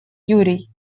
юрий